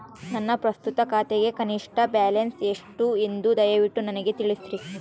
ನನ್ನ ಪ್ರಸ್ತುತ ಖಾತೆಗೆ ಕನಿಷ್ಠ ಬ್ಯಾಲೆನ್ಸ್ ಎಷ್ಟು ಎಂದು ದಯವಿಟ್ಟು ನನಗೆ ತಿಳಿಸ್ರಿ